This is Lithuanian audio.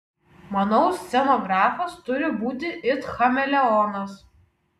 manau scenografas turi būti it chameleonas